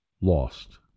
lost